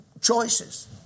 choices